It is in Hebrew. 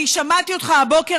אני שמעתי אותך הבוקר,